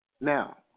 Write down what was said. Now